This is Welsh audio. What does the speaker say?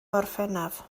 orffennaf